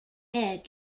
egg